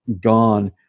gone